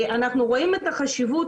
אנחנו רואים את החשיבות.